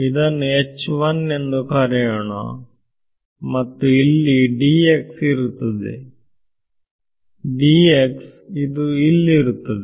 ಇದನ್ನು ಎಂದು ಕರೆಯೋಣ ಮತ್ತು ಇಲ್ಲಿ ಇರುತ್ತದೆ ಇದು ಇಲ್ಲಿರುತ್ತದೆ